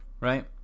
Right